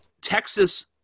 Texas